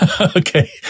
Okay